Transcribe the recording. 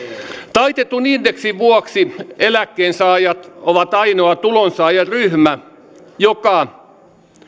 taitetun indeksin vuoksi eläkkeensaajat ovat ainoa tulonsaajaryhmä joka